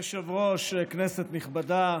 אדוני היושב-ראש, כנסת נכבדה,